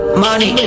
money